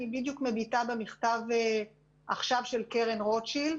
אני מסתכלת במכתב של קרן רוטשילד.